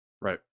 Right